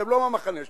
והם לא מהמחנה שלי.